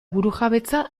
burujabetza